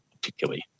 particularly